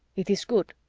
it is good.